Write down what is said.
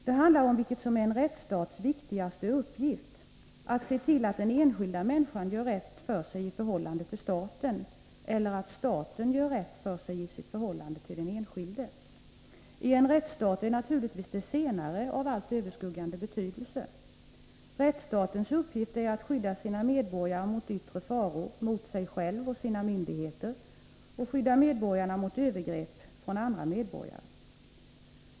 Det handlar om vilket som är en rättsstats viktigaste uppgift: att se till att den enskilda människan gör rätt för sig i förhållandet till staten — eller att staten gör rätt i sitt förhållande till den enskilde. I en rättsstat är naturligtvis det senare av allt överskuggande betydelse. Rättsstatens uppgift är att skydda sina medborgare mot yttre faror, mot sig själv och sina myndigheter och att skydda medborgarna mot övergrepp från andra medborgare.